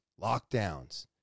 lockdowns